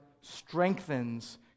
strengthens